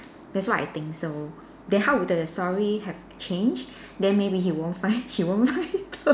that's what I think so then how would the story have changed then maybe he won't find he won't find the